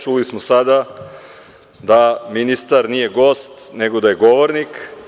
Čuli smo sada da ministar nije gost, nego da je govornik.